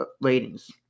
ratings